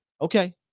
okay